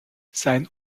sein